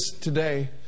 today